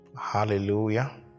hallelujah